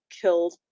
killed